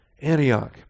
Antioch